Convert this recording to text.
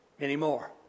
Anymore